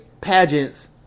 pageants